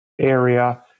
area